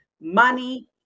Money